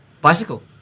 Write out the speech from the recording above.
Bicycle